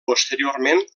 posteriorment